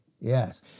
Yes